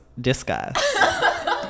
discuss